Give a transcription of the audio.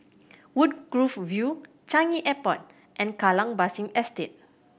Woodgrove View Changi Airport and Kallang Basin Estate